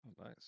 Nice